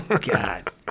God